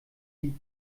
sie